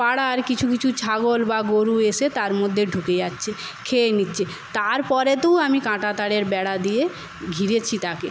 পাড়ার কিছু কিছু ছাগল বা গরু এসে তার মধ্যে ঢুকে যাচ্ছে খেয়ে নিচ্চে তারপরে তু আমি কাঁটা তারের বেড়া দিয়ে ঘিরেছি তাকে